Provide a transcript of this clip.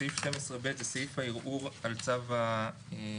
סעיף 12ב זה סעיף הערעור על צו ההפסק,